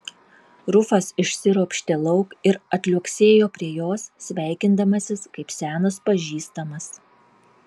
rufas išsiropštė lauk ir atliuoksėjo prie jos sveikindamasis kaip senas pažįstamas